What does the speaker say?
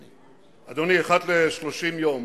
אדוני, אחת ל-30 יום